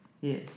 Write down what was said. yes